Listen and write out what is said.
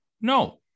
No